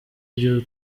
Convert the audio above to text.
ibyo